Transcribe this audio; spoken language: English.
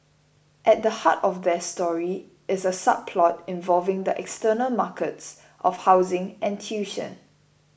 at the heart of their story is a subplot involving the external markets of housing and tuition